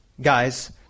guys